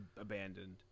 abandoned